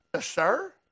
sir